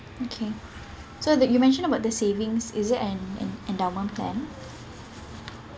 okay so that you mentioned about the savings is it an an endowment plan